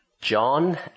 John